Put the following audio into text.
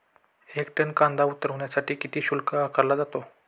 एक टन कांदा उतरवण्यासाठी किती शुल्क आकारला जातो?